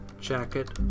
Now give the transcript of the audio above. jacket